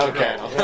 Okay